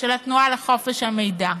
של התנועה לחופש המידע.